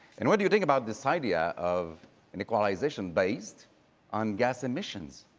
and what do you think about this idea of and equalization based on gas emissions?